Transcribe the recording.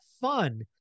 fun